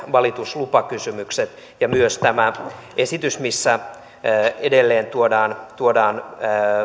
valituslupakysymyksistä ja on myös tämä esitys missä edelleen tuodaan tuodaan